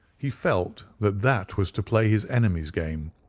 he felt that that was to play his enemy's game,